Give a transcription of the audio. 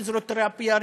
פיזיותרפיה,